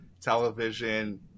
television